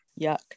Yuck